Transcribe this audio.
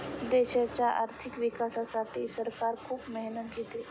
देशाच्या आर्थिक विकासासाठी सरकार खूप मेहनत घेते